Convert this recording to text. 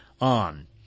on